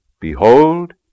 Behold